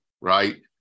right